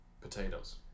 Potatoes